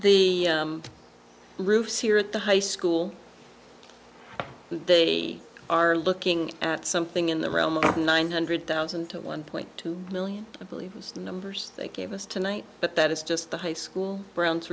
the roofs here at the high school they are looking at something in the realm of nine hundred thousand to one point two million i believe those numbers they gave us tonight but that is just the high school grounds